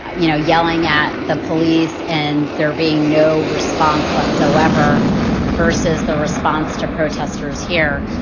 you know, yelling at the police and there being no response whatsoever versus the response to protesters here.